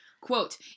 Quote